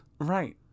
Right